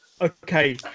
Okay